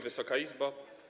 Wysoka Izbo!